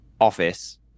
office